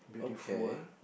beautiful ah